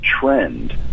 trend